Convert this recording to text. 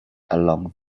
along